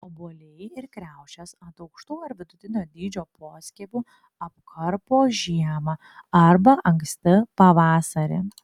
obuoliai ir kriaušės ant aukštų ar vidutinio dydžio poskiepių apkarpo žiemą arba anksti pavasarį